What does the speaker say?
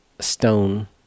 Stone